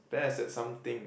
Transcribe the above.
best at some thing